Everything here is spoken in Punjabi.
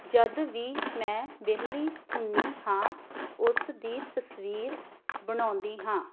ਜਦੋਂ ਵੀ ਮੈਂ ਵਿਹਲੀ ਹੁੰਦੀ ਹਾਂ ਉਸ ਦੀ ਤਸਵੀਰ ਬਣਾਉਂਦੀ ਹਾਂ